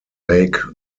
lake